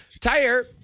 Tire